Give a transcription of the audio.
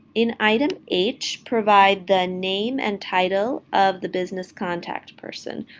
in item h, provide the name and title of the business contact person.